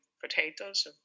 potatoes